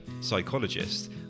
psychologist